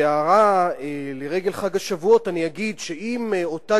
בהערה לרגל חג השבועות אני אגיד שאם אותה